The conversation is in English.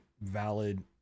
valid